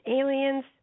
aliens